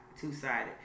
two-sided